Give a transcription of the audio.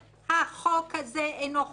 החוק הזה אינו חוקתי.